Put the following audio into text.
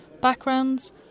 backgrounds